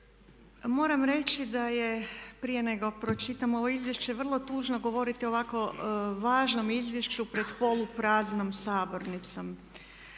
Moram reći da je prije nego pročitam ovo izvješće vrlo tužno govoriti o ovako važnom izvješću pred polu praznom sabornicom.